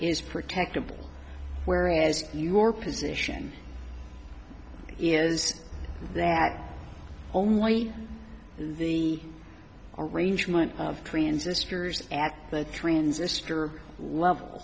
is protective whereas your position is that only the arrangement of transistors act the transistor level